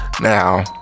now